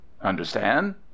Understand